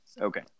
Okay